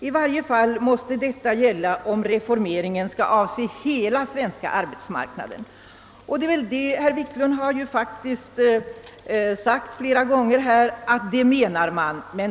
I varje fall måste detta gälla om reformeringen skall avse hela svenska arbetsmarknaden.» Herr Wiklund i Stockholm har faktiskt flera gånger förklarat att detta är vad som avses.